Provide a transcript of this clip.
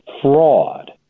fraud